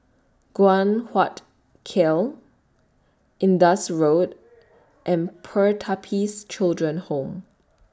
Guan Huat Kiln Indus Road and Pertapis Children Home